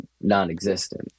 non-existent